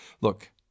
Look